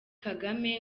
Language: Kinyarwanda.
kagame